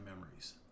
memories